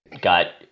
got